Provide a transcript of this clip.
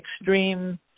extreme